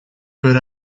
but